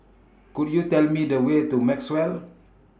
Could YOU Tell Me The Way to Maxwell